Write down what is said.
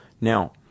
Now